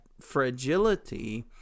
fragility